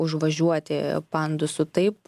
užvažiuoti pandusu taip